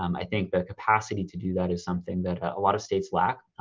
um i think the capacity to do that is something that a lot of states lack.